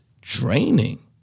draining